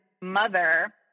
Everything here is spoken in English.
mother